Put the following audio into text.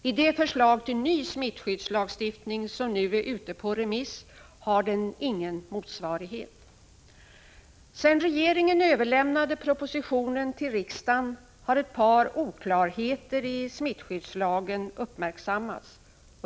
I det förslag till ny smittskyddslagstiftning som nu är ute på remiss har den ingen motsvarighet. Sedan regeringen överlämnade propositionen till riksdagen har ett par oklarheter i smittskyddslagen uppmärksammats.